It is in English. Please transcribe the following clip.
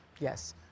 yes